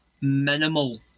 minimal